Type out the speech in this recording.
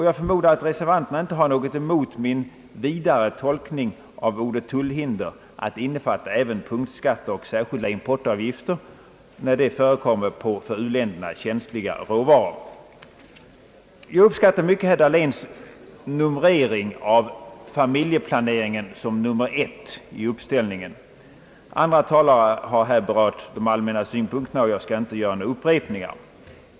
Jag förmodar att reservanterna inte har nå got emot min vidare tolkning av ordet tullhinder att innefatta även punktskatter och särskilda importhinder, när de förekommer på för u-länderna känsliga råvaror. Jag uppskattar mycket att herr Dahlén satte familjeplaneringen som nummer ett i sin uppställning. Andra talare har här berört de allmänna synpunkterna, och jag skall inte göra några upprepningar.